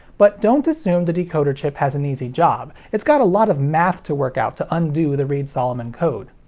but don't assume the decoder chip has an easy job it's got a lot of math to work out to undo the reed-solomon code.